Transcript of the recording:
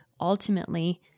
ultimately